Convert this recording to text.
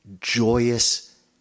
joyous